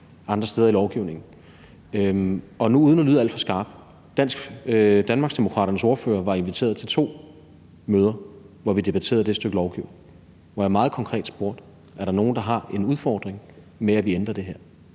andre steder i lovgivningen. Og uden nu at lyde alt for skarp vil jeg sige, at Danmarksdemokraternes ordfører var inviteret til to møder, hvor vi debatterede det stykke lovgivning, og hvor jeg meget konkret spurgte: Er der nogen, der har en udfordring med, at vi ændrer det her,